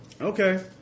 Okay